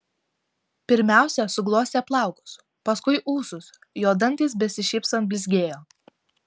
pirmiausia suglostė plaukus paskui ūsus jo dantys besišypsant blizgėjo